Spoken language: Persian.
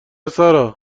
سارا